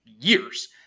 years